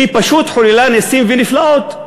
היא פשוט חוללה נסים ונפלאות,